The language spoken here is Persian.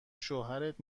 شوهرت